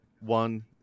One